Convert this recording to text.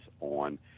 on